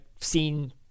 seen